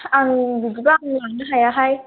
आं बिदिबा आं लांनो हायाहाय